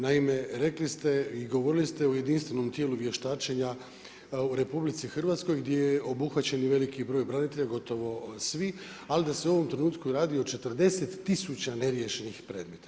Naime, rekli ste i govorili ste o jedinstvenom tijelu vještačenja u RH gdje je obuhvaćen i veliki broj branitelja, gotovo svi, ali da se u ovom trenutku radi o 40 tisuća neriješenih predmeta.